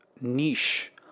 niche